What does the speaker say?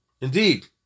indeed